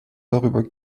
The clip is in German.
darüber